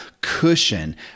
cushion